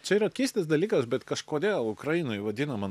čia yra keistas dalykas bet kažkodėl ukrainoj vadinama